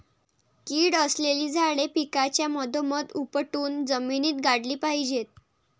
कीड असलेली झाडे पिकाच्या मधोमध उपटून जमिनीत गाडली पाहिजेत